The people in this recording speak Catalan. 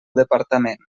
departament